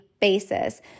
basis